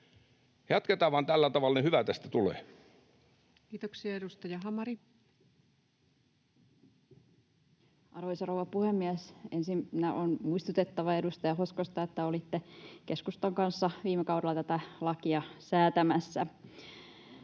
Jatketaan vaan tällä tavalla, niin hyvä tästä tulee. Kiitoksia. — Edustaja Hamari. Arvoisa rouva puhemies! Ensinnä on muistutettava edustaja Hoskosta, että olitte keskustan kanssa viime kaudella tätä lakia säätämässä.